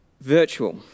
Virtual